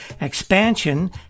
Expansion